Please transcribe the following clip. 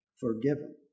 forgiven